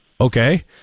Okay